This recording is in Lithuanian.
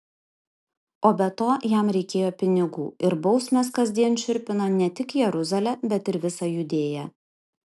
o be to jam reikėjo pinigų ir bausmės kasdien šiurpino ne tik jeruzalę bet ir visą judėją